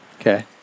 Okay